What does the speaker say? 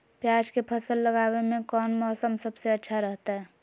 प्याज के फसल लगावे में कौन मौसम सबसे अच्छा रहतय?